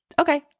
okay